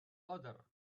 other